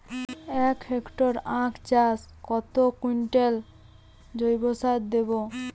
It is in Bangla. এক হেক্টরে আখ চাষে কত কুইন্টাল জৈবসার দেবো?